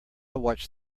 watched